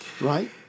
Right